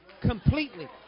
Completely